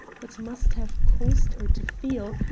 but must have caused her to feel,